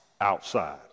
outside